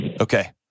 Okay